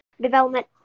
development